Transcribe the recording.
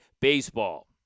Baseball